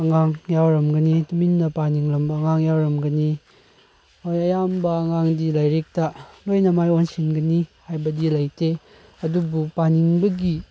ꯑꯉꯥꯡ ꯌꯥꯎꯔꯝꯒꯅꯤ ꯇꯨꯃꯤꯟꯅ ꯄꯥꯅꯤꯡꯂꯝꯕ ꯑꯉꯥꯡ ꯌꯥꯎꯔꯝꯒꯅꯤ ꯍꯣꯏ ꯑꯌꯥꯝꯕ ꯑꯉꯥꯡꯗꯤ ꯂꯥꯏꯔꯤꯛꯇ ꯂꯣꯏꯅ ꯃꯥꯏ ꯑꯣꯟꯁꯤꯟꯒꯅꯤ ꯍꯥꯏꯕꯗꯤ ꯂꯩꯇꯦ ꯑꯗꯨꯕꯨ ꯄꯥꯅꯤꯡꯕꯒꯤ